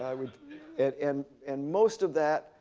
and and most of that,